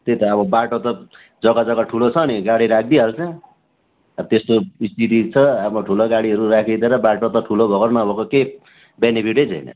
त्यही त अब बाटो त जग्गा जग्गा ठुलो छ अनि गाडी रखिदिइहाल्छ त्यस्तो स्थिति छ अब ठुलो गाडीहरू राखिदिएर बाटो त ठुलो भएको र नभएको के बेनिफिटै छैन